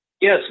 Yes